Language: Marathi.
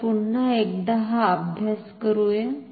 चला पुन्हा एकदा हा अभ्यास करूया